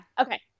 Okay